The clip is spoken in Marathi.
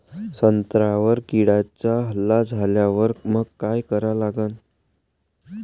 संत्र्यावर किड्यांचा हल्ला झाल्यावर मंग काय करा लागन?